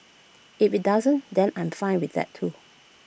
if IT doesn't then I'm fine with that too